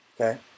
okay